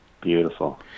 Beautiful